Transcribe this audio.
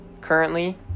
currently